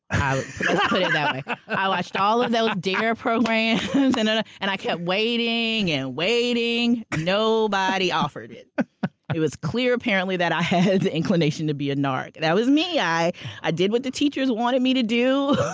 i i watched all of those dinger programs ah and i kept waiting and waiting. nobody offered it. it was clear, apparently, that i had the inclination to be a narc. that was me. i i did what the teachers wanted me to do,